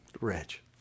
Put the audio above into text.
Rich